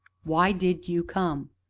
why did you come?